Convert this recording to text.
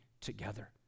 together